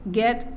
get